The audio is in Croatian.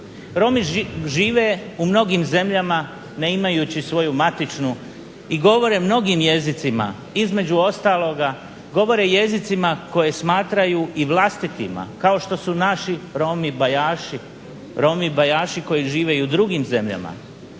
Romi žive u mnogim zemljama ne imajući svoju matičnu i govore mnogim jezicima, između ostaloga govore jezicima koje smatraju i vlastitima, kao što su naši Romi Bajaši, Romi Bajaši koji žive i u drugim zemljama